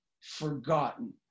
forgotten